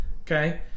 okay